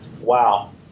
Wow